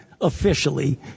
officially